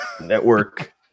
network